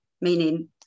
meaning